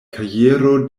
kajero